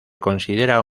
considera